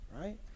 right